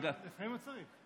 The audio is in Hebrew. לפעמים הוא צריך.